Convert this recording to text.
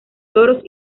loros